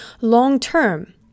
Long-term